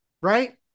right